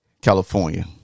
California